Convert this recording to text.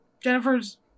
jennifer's